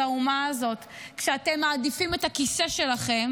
האומה הזאת כשאתם מעדיפים את הכיסא שלכם